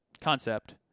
concept